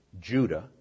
Judah